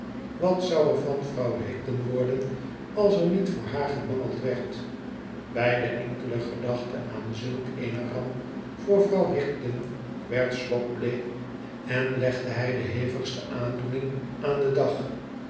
wat zon er van vrouw higden worden als er niet voor haar gemangeld werd bij de enkele gedachte aan zulk eene ramp voor vrouw higden werd slop bleek en legde hij de hevigste aandoening aan den dag